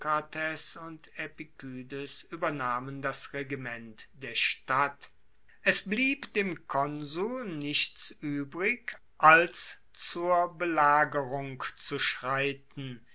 und epikydes uebernahmen das regiment der stadt es blieb dem konsul nichts uebrig als zur belagerung zu schreiten